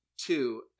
Two